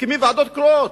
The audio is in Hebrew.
מקימים ועדות קרואות.